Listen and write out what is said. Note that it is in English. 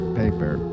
paper